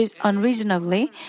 unreasonably